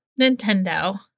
Nintendo